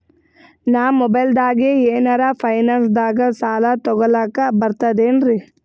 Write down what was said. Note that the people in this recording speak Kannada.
ನಾ ಮೊಬೈಲ್ದಾಗೆ ಏನರ ಫೈನಾನ್ಸದಾಗ ಸಾಲ ತೊಗೊಲಕ ಬರ್ತದೇನ್ರಿ?